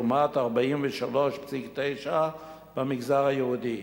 לעומת 43.9 במגזר היהודי,